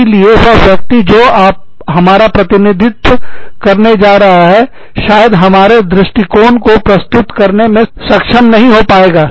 इसीलिए वह व्यक्ति जो हमारा प्रतिनिधित्व करने जा रहा है शायद हमारे दृष्टिकोण को प्रस्तुत करने में सक्षम नहीं हो पाएगा